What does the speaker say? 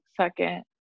second